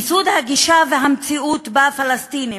מיסוד הגישה והמציאות שבה הפלסטינים,